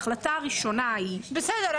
ההחלטה הראשונה היא --- בסדר,